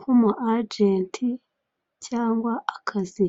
kuba umu ajenti cyangwa akazi.